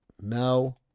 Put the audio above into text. No